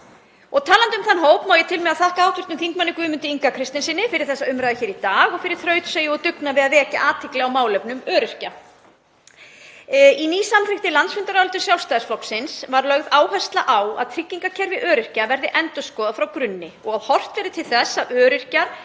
Og talandi um þann hóp má ég til með að þakka hv. þm. Guðmundi Inga Kristinssyni fyrir þessa umræðu hér í dag og fyrir þrautseigju og dugnað við að vekja athygli á málefnum öryrkja. Í nýsamþykktri landsfundarályktun Sjálfstæðisflokksins var lögð áhersla á að tryggingakerfi öryrkja verði endurskoðað frá grunni og að horft verði til þess að öryrkjar